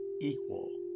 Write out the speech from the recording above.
equal